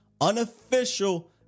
unofficial